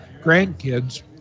grandkids